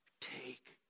take